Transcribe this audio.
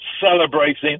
celebrating